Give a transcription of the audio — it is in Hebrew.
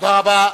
תודה רבה.